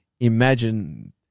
imagine